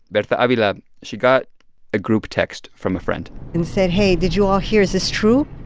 but berta-avila she got a group text from a friend and said, hey, did you all hear is this true?